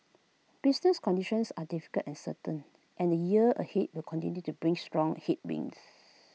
business conditions are difficult uncertain and the year ahead will continue to bring strong headwinds